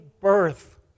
birth